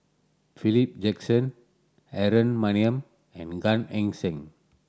Philip Jackson Aaron Maniam and Gan Eng Seng